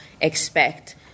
expect